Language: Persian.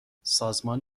سازمان